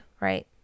right